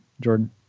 Jordan